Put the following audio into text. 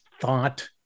thought